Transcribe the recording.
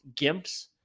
gimps